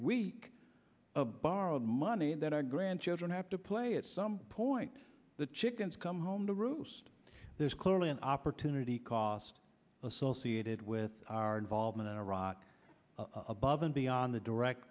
week borrowed money that our grandchildren have to play at some point the chickens come home to roost there's clearly an opportunity cost associated with our involvement in iraq above and beyond the direct